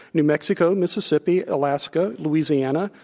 new mexico, mississippi, alaska, louisiana,